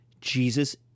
Jesus